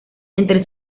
entre